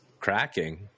cracking